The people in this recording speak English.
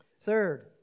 Third